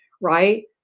right